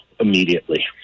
immediately